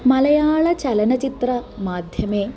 मलयाळचलनचित्रमाध्यमे